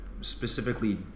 specifically